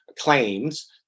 claims